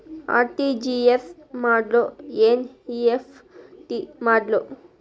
RTGS ಮಾಡ್ಲೊ NEFT ಮಾಡ್ಲೊ?